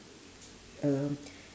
um